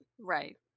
Right